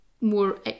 more